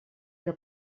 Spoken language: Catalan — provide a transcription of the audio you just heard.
que